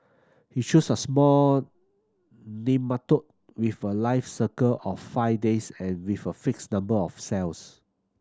he chose a small nematode with a life cycle of five days and with a fixed number of cells